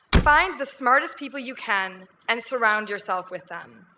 find the smartest people you can and surround yourself with them.